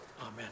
Amen